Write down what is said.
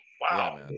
Wow